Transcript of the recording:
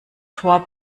tor